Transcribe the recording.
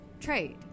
trade